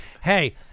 Hey